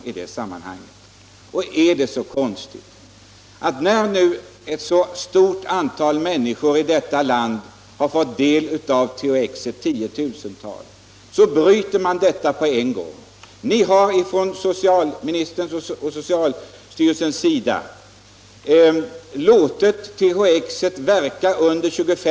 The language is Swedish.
Jag finner det mycket märkligt att man tillåtit tiotusentals människor som är be roende av THX att använda detta preparat under 25 års tid och därefter avbryter denna verksamhet.